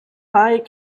high